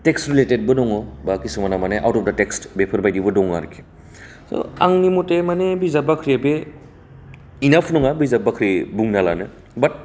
text related बो दङ बा किसुमाना माने आवट अफ डा टेक्स्ट बेफोरबायदिबो दं आरखि आंनि मथे माने बिजाब बाख्रि बे इनाफ नङा बिजाब बाख्रि बुंना लानो बाट